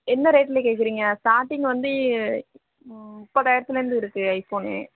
என்ன ரேட்டில கேட்குறீங்க ஸ்டார்டிங் வந்து முப்பதாயிரத்துலருந்து இருக்கு ஐஃபோன்னு